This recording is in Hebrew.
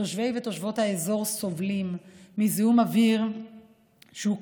תושבי ותושבות האזור סובלים מזיהום אוויר כבד,